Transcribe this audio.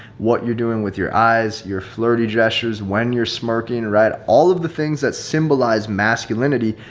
what you're doing with your eyes, your flirty gestures, when you're smirking, right? all of the things that symbolize masculinity,